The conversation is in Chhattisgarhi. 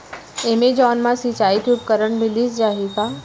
एमेजॉन मा सिंचाई के उपकरण मिलिस जाही का?